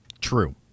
True